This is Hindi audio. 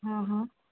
हाँ हाँ